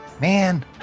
Man